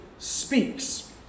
speaks